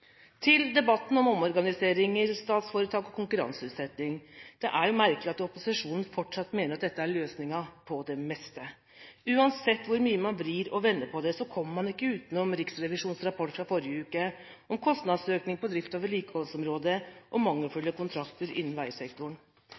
merkelig at opposisjonen fortsatt mener at dette er løsningen på det meste. Uansett hvor mye man vrir og vrenger på det, kommer man ikke utenom Riksrevisjonens rapport fra forrige uke om kostnadsøkning på drifts- og vedlikeholdsområdet og mangelfulle kontrakter innenfor veisektoren.